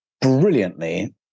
brilliantly